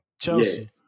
Chelsea